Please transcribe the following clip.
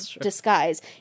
disguise